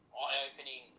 eye-opening